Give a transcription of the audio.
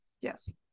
Yes